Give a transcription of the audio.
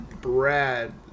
Brad